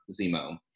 Zemo